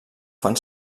fan